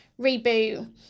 reboot